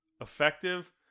Effective